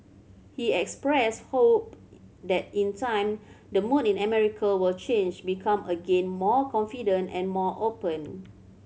he expressed hope that in time the mood in America will change become again more confident and more open